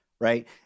right